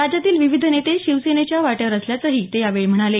राज्यातील विविध नेते शिवसेनेच्या वाटेवर असल्याचंही ते यावेळी म्हणाले